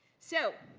so